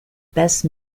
best